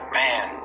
man